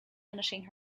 finishing